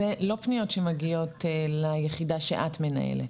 זה לא פניות שמגיעות ליחידה שאת מנהלת?